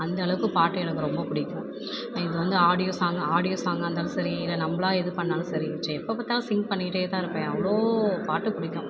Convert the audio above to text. அந்த அளவுக்கு பாட்டு எனக்கு ரொம்ப பிடிக்கும் இது வந்து ஆடியோ சாங் ஆடியோ சாங்காக இருந்தாலும் சரி இல்லை நம்மளா எது பண்ணாலும் சரி சே எப்போ பார்த்தாலும் சிங் பண்ணிக்கிட்டேதான் இருப்பேன் அவ்வளோ பாட்டு பிடிக்கும்